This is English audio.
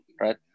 right